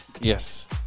Yes